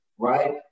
Right